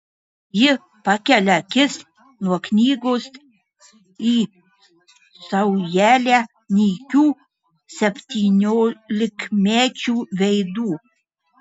ji pakelia akis nuo knygos į saujelę nykių septyniolikmečių veidų